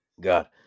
God